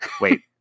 wait